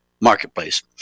marketplace